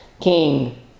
king